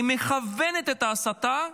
היא מכוונת את ההסתה,